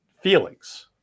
feelings